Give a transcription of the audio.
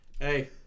Hey